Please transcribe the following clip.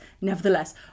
Nevertheless